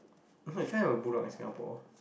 if not you can't have a bulldog in Singapore